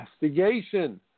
investigation